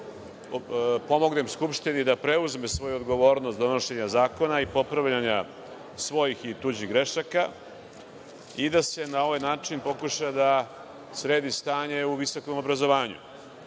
pomognem Skupštini da preuzme svoju odgovornost donošenja zakona i popravljanja svojih i tuđih grešaka i da se na ovaj način pokuša da sredi stanje u visokom obrazovanju. Naravno